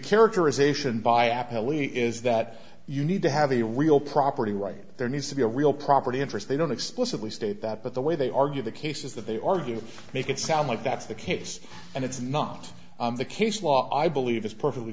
characterization by apple e is that you need to have a real property right there needs to be a real property interest they don't explicitly states that but the way they argue the case is that they argue make it sound like that's the case and it's not the case law i believe it's perfectly